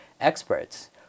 experts